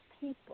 people